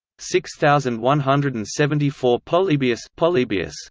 six thousand one hundred and seventy four polybius polybius